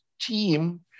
team